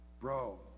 Bro